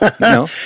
No